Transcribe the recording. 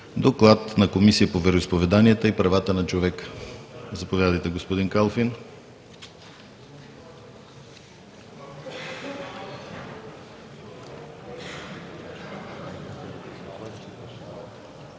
Доклад на Комисията по вероизповеданията и правата на човека. Заповядайте, господин Калфин.